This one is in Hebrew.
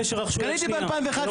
לא הייתי צריך לעתור לבג"צ,